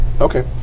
Okay